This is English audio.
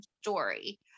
story